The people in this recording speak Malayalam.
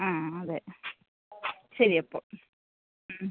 ആ അതെ ശരി അപ്പോൾ